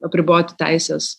apriboti teises